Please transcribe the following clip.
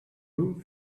room